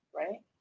right